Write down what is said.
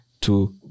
two